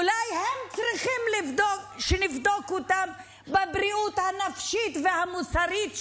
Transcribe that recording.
אולי צריך שנבדוק את הבריאות הנפשית והמוסרית שלהם,